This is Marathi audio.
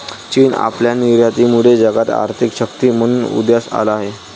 चीन आपल्या निर्यातीमुळे जगात आर्थिक शक्ती म्हणून उदयास आला आहे